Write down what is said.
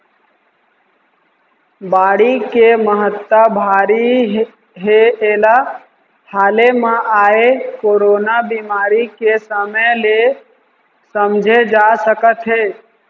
बाड़ी के महत्ता भारी हे एला हाले म आए कोरोना बेमारी के समे ले समझे जा सकत हे